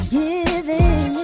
giving